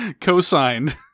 co-signed